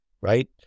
Right